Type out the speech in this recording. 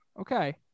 Okay